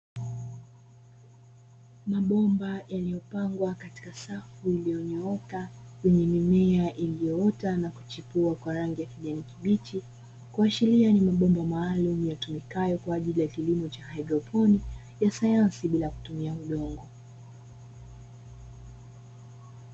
Mabomba yaliyopangwa katika safu iliyonyooka, yenye mimea iliyoota na kuchipua kwa rangi ya kijani kibichi, kuashiria ni mabomba maalumu yatumikayo kwaajili ya kilimo cha haidroponi, ya sayansi bila kutumia udongo.